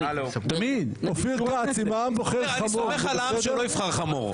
אני סומך על העם שהוא לא יבחר חמור.